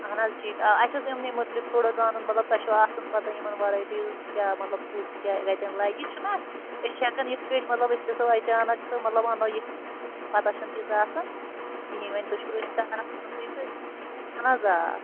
اَہَن حظ ٹھیٖک آ اَسہِ اوس اِمنٕےمتعلِق تھوڑا زانُن مطلب تۄہہِ چھَو آسان پَتہٕ یِمَن وراٹیٖزن کیٛاہ مطلب کُس کیٛاہ کَتٮ۪ن لگہِ چھُنا أسۍ چھِ ہٮ۪کان یِتھٕ پٲٹھۍ مطلب أسۍ گژھو اَچانَک تہٕ مطلب اَنو یِتھۍ پَتہٕ چھَنہٕ تیٖژاہ آسان کِہیٖنۍ وۅنۍ تُہۍ چھِو أتھۍ کارَس منٛزٕے تہٕ اَہَن حظ آ